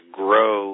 grow